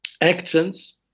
actions